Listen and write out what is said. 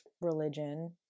religion